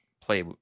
play